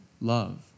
love